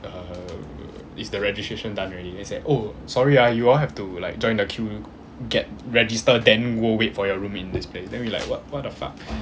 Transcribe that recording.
uh is the registration done already then he said oh sorry ah you all have to like join the queue get register then go wait for your room in this place then we like what what the fuck